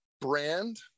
brand